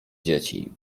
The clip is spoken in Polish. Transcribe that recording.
dzieci